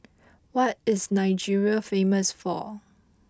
what is Nigeria famous for